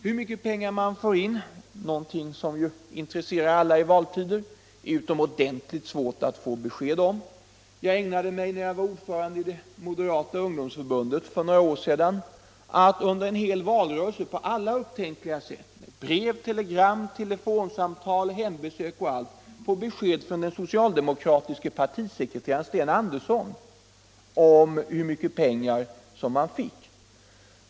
Hur mycket pengar man får in — någonting som ju intresserar alla i valtider — är utomordentligt svårt att få besked om. Jag ägnade mig, när jag var ordförande i det moderata ungdomsförbundet för några år sedan, åt att under en hel valrörelse på alla upptänkliga sätt — brev, telegram, telefonsamtal, hembesök osv. — få besked från den socialdemokratiske partisekreteraren Sten Andersson om hur mycket pengar som SAP fick.